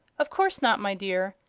of course not, my dear.